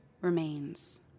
remains